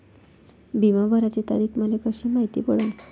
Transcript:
बिमा भराची तारीख मले कशी मायती पडन?